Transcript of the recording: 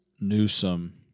Newsom